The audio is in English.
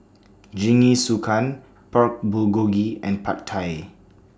Jingisukan Pork Bulgogi and Pad Thai